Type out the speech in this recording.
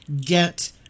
get